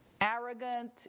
arrogant